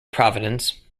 providence